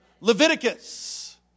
Leviticus